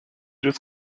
just